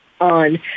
on